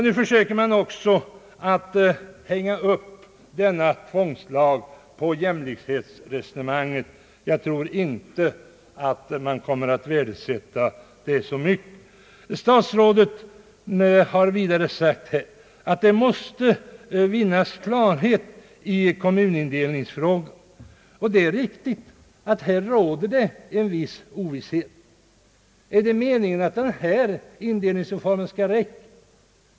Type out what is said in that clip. Nu försöker man också att hänga upp denna tvångslag på jämlikhetsresonemanget. Jag tror inte att det kommer att värdesättas så mycket. Statsrådet har vidare sagt att det måste vinnas klarhet i kommunindelningsfrågan. Det är riktigt att här råder en viss ovisshet. Är det meningen att nu föreliggande indelningsreform skall räcka?